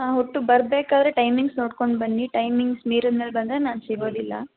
ಹಾಂ ಒಟ್ಟು ಬರಬೇಕಾದರೆ ಟೈಮಿಂಗ್ಸ್ ನೋಡಿಕೊಂಡು ಬನ್ನಿ ಟೈಮಿಂಗ್ಸ್ ಮೀರಿದ ಮೇಲೆ ಬಂದರೆ ನಾನು ಸಿಗೋದಿಲ್ಲ